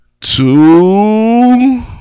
two